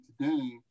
today